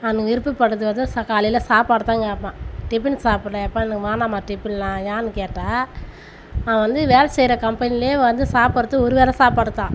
அவனுக்கு விருப்பப்படுறது வந்து காலையில் சாப்பாடு தான் கேட்பான் டிபன் சாப்பிட்லையாப்பா எனக்கு வேணாம்மா டிபனுலாம் ஏன்னு கேட்டால் அவன் வந்து வேலை செய்கிற கம்பெனியிலேயே வந்து சாப்பிட்றது ஒரு வேளை சாப்பாடு தான்